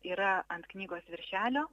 yra ant knygos viršelio